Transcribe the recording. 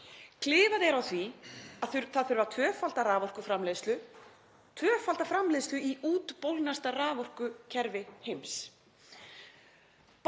Klifað er á því að það þurfi að tvöfalda raforkuframleiðslu, tvöfalda framleiðslu í útbólgnasta raforkukerfi heims.